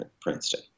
Princeton